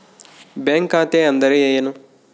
Bank ಖಾತೆ ಅಂದರೆ ಏನು?